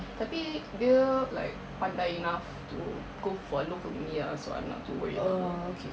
tapi dia like pandai enough to go for local uni ah so I'm not too worried about her